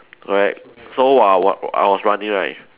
correct so while I wa~ I was running right